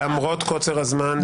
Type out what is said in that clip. -- למרות קוצר הזמן,